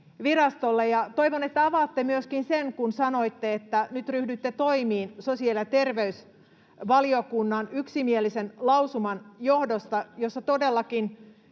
toivon, että avaatte myöskin sen, kun sanoitte, että nyt ryhdytte toimiin sosiaali- ja terveysvaliokunnan yksimielisen lausuman johdosta, jossa todellakin